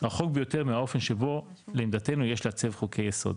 רחוק ביותר מהאופן שבו לעמדתנו יש לעצב חוקי יסוד.